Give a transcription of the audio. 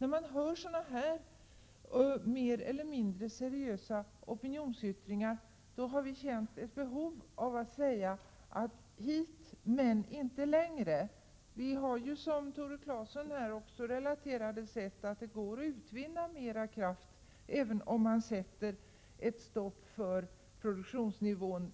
Vi har hört sådana mer eller mindre seriösa opinionsyttringar, och då har vi känt ett behov av att säga: Hit men inte längre. Vi har, som Tore Claeson här relaterade, sett att det går att utvinna mer vattenkraft, även om man sätter ett stopp för produktionsnivån.